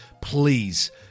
Please